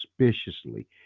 suspiciously